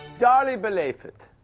dearly belated.